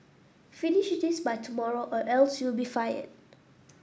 finish this by tomorrow or else you'll be fired